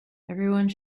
everyone